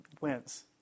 wins